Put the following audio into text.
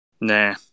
Nah